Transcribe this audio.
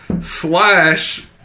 slash